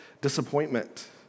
disappointment